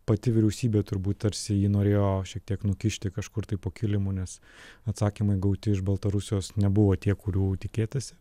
pati vyriausybė turbūt tarsi jį norėjo šiek tiek nukišti kažkur tai po kilimu nes atsakymai gauti iš baltarusijos nebuvo tie kurių tikėtasi